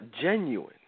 genuine